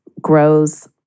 grows